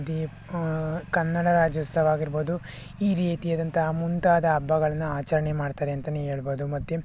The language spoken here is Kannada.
ದೀಪ ಕನ್ನಡ ರಾಜ್ಯೋತ್ಸವ ಆಗಿರ್ಬೋದು ಈ ರೀತಿಯಾದಂತಹ ಮುಂತಾದ ಹಬ್ಬಗಳನ್ನು ಆಚರಣೆ ಮಾಡ್ತಾರೆ ಅಂತಲೇ ಹೇಳ್ಬೋದು ಮತ್ತೆ